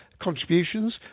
contributions